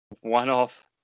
one-off